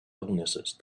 illnesses